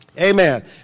amen